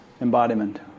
embodiment